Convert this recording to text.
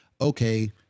okay